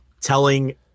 telling